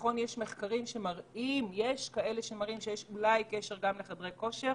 ונכון שיש מחקרים שיש אולי קשר לחדרי כושר,